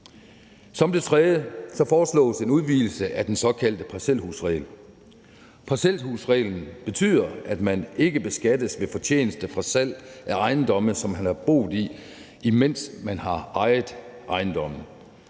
Som det tredje foreslås der en udvidelse af den såkaldte parcelhusregel. Parcelhusreglen betyder, at man ikke beskattes af fortjeneste på salg af ejendomme, som man har boet i, imens man ejede ejendommen.